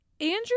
Andrew